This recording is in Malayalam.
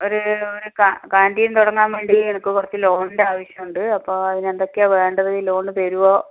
ഒര് ഒര് കാൻറ്റീൻ തുടങ്ങാൻ വേണ്ടി എനക്ക് കുറച്ച് ലോണിൻ്റ ആവശ്യം ഉണ്ട് അപ്പം അതിനെന്തൊക്കെയാണ് വേണ്ടത് ലോണ് തരുവോ